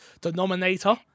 Denominator